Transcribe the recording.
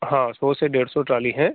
हाँ सौ से डेढ़ सौ ट्राली है